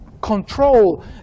control